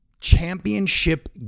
championship